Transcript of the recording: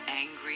angry